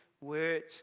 words